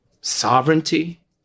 sovereignty